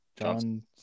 John